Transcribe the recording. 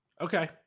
Okay